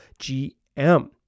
GM